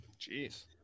Jeez